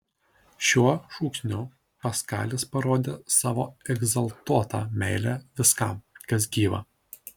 šiuo šūksniu paskalis parodė savo egzaltuotą meilę viskam kas gyva